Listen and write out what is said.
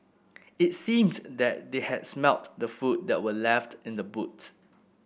it seemed that they had smelt the food that were left in the boot